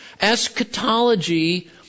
eschatology